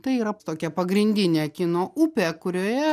tai yra tokia pagrindinė kino upė kurioje